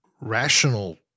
rational